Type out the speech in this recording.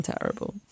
terrible